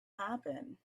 happen